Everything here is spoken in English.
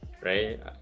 Right